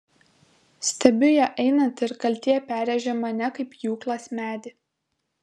stebiu ją einant ir kaltė perrėžia mane kaip pjūklas medį